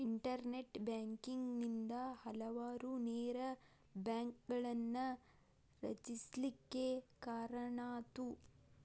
internet banking ನಿಂದಾ ಹಲವಾರು ನೇರ ಬ್ಯಾಂಕ್ಗಳನ್ನ ರಚಿಸ್ಲಿಕ್ಕೆ ಕಾರಣಾತು